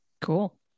Cool